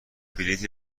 بلیطی